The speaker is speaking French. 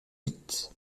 mythe